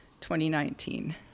2019